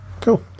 Cool